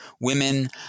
Women